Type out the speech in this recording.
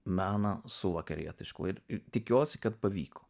meną su vakarietišku ir tikiuosi kad pavyko